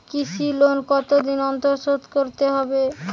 কৃষি লোন কতদিন অন্তর শোধ করতে হবে?